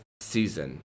season